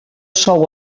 sou